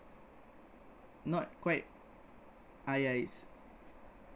not quite ah yah it's